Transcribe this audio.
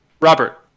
Robert